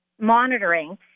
monitoring